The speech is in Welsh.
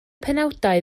penawdau